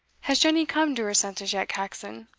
has jenny come to her senses yet, caxon?